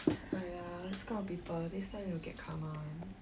!aiya! this kind of people next time will get karma [one]